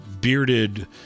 bearded